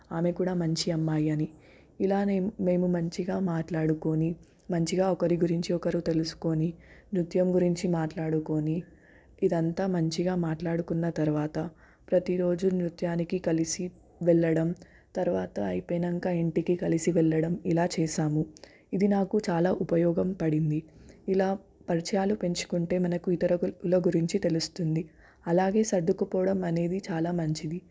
ఆమె కూడా మంచి అమ్మాయి అని ఇలాగే మేము మంచిగా మాట్లాడుకొని మంచిగా ఒకరి గురించి ఒకరు తెలుసుకొని నృత్యం గురించి మాట్లాడుకొని ఇదంతా మంచిగా మాట్లాడుకున్న తరువాత ప్రతీ రోజు నృత్యానికి కలిసి వెళ్ళడం తరువాత అయిపోయాక ఇంటికి కలిసి వెళ్ళడం ఇలా చేసాము ఇది నాకు చాలా ఉపయోగ పడింది ఇలా పరిచయాలు పెంచుకుంటే మనకు ఇతరుల గురించి తెలుస్తుంది అలాగే సర్దుకుపోవడం అనేది చాలా మంచిది